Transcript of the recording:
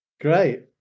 Great